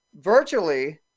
virtually –